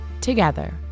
together